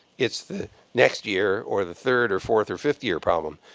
it's the next year or the third or fourth or fifth-year problem.